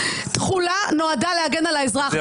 תחולה נועדה להגן על האזרח,